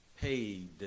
paid